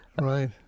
Right